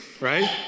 right